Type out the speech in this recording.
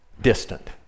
distant